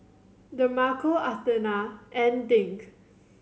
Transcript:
Demarco Athena and Dink